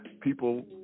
people